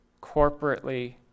corporately